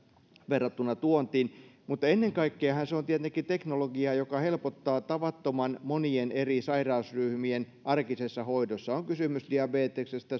verrattuna tuontiin ennen kaikkeahan se on tietenkin teknologiaa joka helpottaa tavattoman monien eri sairausryhmien arkisessa hoidossa on kysymys diabeteksesta